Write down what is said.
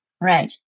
Right